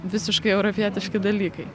visiškai europietiški dalykai